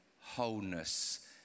wholeness